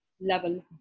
level